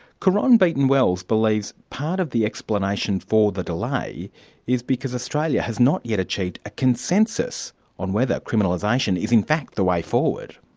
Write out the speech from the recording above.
caron beaton wells believes part of the explanation for the delay is because australia has not yet achieved a consensus on whether criminalisation is in fact the way forward.